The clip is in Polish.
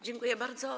Dziękuję bardzo.